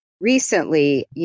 recently